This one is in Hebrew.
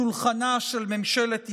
שולחנה של ממשלת ישראל.